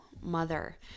mother